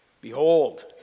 Behold